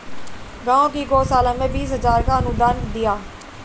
गांव की गौशाला में बीस हजार का अनुदान दिया